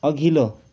अघिल्लो